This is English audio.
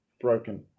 broken